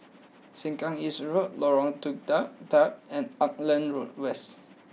Sengkang East Road Lorong Tukang Dua Dua and Auckland Road West